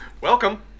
Welcome